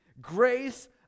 Grace